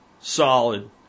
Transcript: Solid